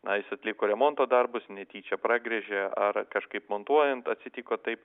na jis atliko remonto darbus netyčia pragręžė ar kažkaip montuojant atsitiko taip